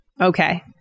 Okay